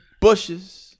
Bushes